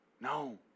No